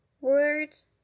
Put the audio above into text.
Words